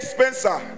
Spencer